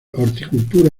horticultura